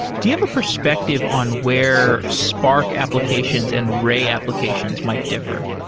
do you have a perspective on where spark applications and ray applications might differ?